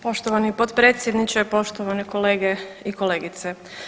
Poštovani potpredsjedniče, poštovani kolege i kolegice.